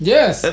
Yes